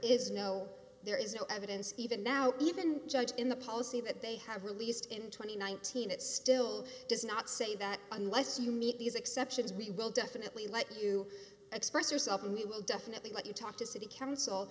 is no there is no evidence even now even judge in the policy that they have released in two thousand and nineteen it still does not say that unless you meet these exceptions we will definitely let you express yourself and we will definitely let you talk to city council